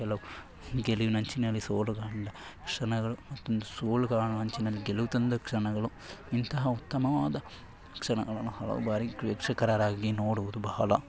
ಕೆಲವು ಗೆಲುವಿನಂಚಿನಲ್ಲಿ ಸೋಲು ತಂದ ಕ್ಷಣಗಳು ಮತ್ತೊಂದು ಸೋಲು ಕಾಣುವ ಅಂಚಿನಲ್ಲಿ ಗೆಲುವು ತಂದ ಕ್ಷಣಗಳು ಇಂತಹ ಉತ್ತಮವಾದ ಕ್ಷಣಗಳನ್ನ ಹಲವು ಬಾರಿ ಪ್ರೇಕ್ಷಕರರಾಗಿ ನೋಡುವುದು ಬಹಳ